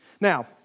Now